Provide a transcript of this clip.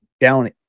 down